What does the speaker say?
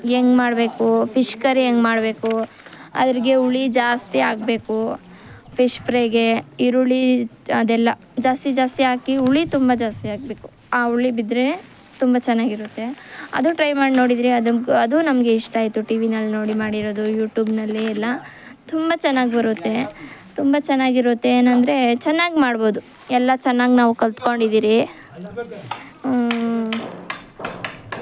ಹೆಂಗ ಮಾಡಬೇಕು fish curry ಹೆಂಗ ಮಾಡಬೇಕು ಅದ್ರಾಗೆ ಹುಳಿ ಜಾಸ್ತಿ ಆಗಬೇಕು ಫಿಶ್ ಫ್ರೈಗೆ ಈರುಳ್ಳಿ ಅದೆಲ್ಲ ಜಾಸ್ತಿ ಜಾಸ್ತಿ ಹಾಕಿ ಹುಳಿ ತುಂಬ ಜಾಸ್ತಿ ಹಾಕ್ಬೇಕು ಆ ಹುಳಿ ಬಿದ್ರೇ ತುಂಬ ಚೆನ್ನಾಗಿರುತ್ತೆ ಅದೂ ಟ್ರೈ ಮಾಡಿ ನೋಡಿದ್ರಿ ಅದು ಅದೂ ನಮಗೆ ಇಷ್ಟ ಆಯ್ತು ಟಿವಿಯಲ್ಲಿ ನೋಡಿ ಮಾಡಿರೋದು ಯೂಟ್ಯೂಬ್ನಲ್ಲಿ ಎಲ್ಲ ತುಂಬಾ ಚೆನ್ನಾಗಿ ಬರುತ್ತೆ ತುಂಬ ಚೆನ್ನಾಗಿರುತ್ತೆ ಏನೆಂದ್ರೆ ಚೆನ್ನಾಗಿ ಮಾಡಬೋದು ಎಲ್ಲ ಚೆನ್ನಾಗಿ ನಾವು ಕಲಿತ್ಕೊಂಡಿದೀರಿ